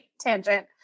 tangent